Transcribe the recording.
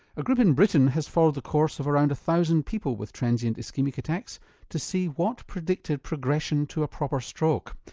a group in britain has followed the course of around one thousand people with transient ischaemic attacks to see what predicted progression to a proper stroke.